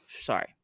Sorry